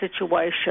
situation